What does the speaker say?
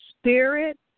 spirit